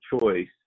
choice